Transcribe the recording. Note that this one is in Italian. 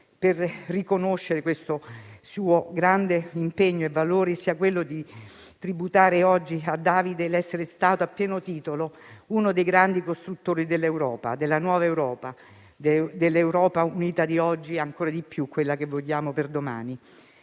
per riconoscere questo suo grande impegno e valore sia quello di tributare oggi a David l'essere stato a pieno titolo uno dei grandi costruttori dell'Europa, della nuova Europa, dell'Europa unita di oggi e ancora di più di quella che vogliamo per domani.